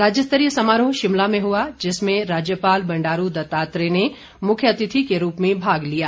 राज्यस्तरीय समारोह शिमला में हुआ जिसमें राज्यपाल बंडारू दत्तात्रेय ने मुख्य अतिथि के रूप में भाग लिया